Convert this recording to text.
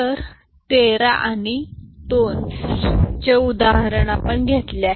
तर 13 आणि 2 चे उदाहरण घेतले आहे